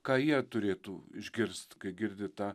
ką jie turėtų išgirst kai girdi tą